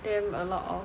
damn a lot of